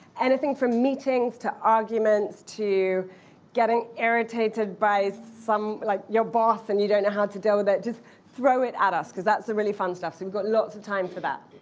anything from meetings, to arguments, to getting irritated by like your boss and you don't know how to deal with it, just throw it at us, because that's the really fun stuff. so you've got lots of time for that.